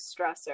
stressor